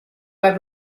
bei